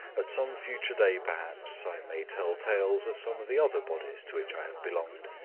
at some future day, perhaps, i may tell tales of some of the other bodies to which i have belonged.